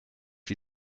die